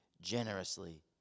generously